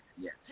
Yes